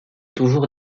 toujours